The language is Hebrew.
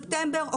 ספטמבר,